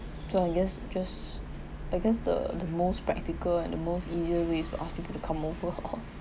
so I guess just I guess the the most practical and the most easier ways to ask people to come over [ho] [ho]